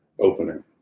opening